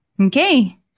Okay